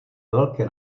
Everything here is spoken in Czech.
velké